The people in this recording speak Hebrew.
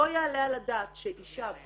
לא יעלה על הדעת שאשה באה,